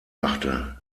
machte